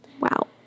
Wow